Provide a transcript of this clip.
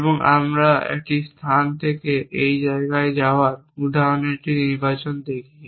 এবং আমরা একটি স্থান থেকে একটি জায়গায় যাওয়ার উদাহরণের একটি নির্বাচন করি